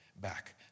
back